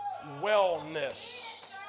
wellness